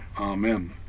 Amen